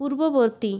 পূর্ববর্তী